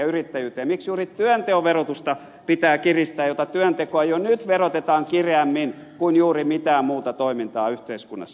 miksi juuri työnteon verotusta pitää kiristää jota työntekoa jo nyt verotetaan kireämmin kuin juuri mitään muuta toimintaa yhteiskunnassa